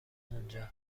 اونجا